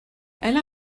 elle